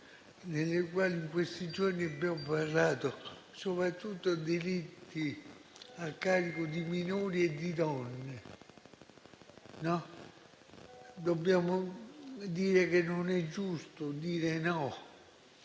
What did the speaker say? dei quali in questi giorni abbiamo parlato, soprattutto delitti a carico di minori e di donne. Dobbiamo dire che non è giusto dire no